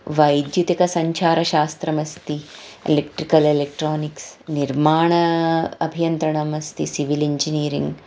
वैद्युतिकसञ्चारशास्त्रमस्ति electrical electronics निर्माणम् अभियन्त्रणमस्ति civil engineering